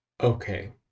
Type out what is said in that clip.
Okay